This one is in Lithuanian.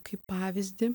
kaip pavyzdį